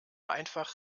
einfach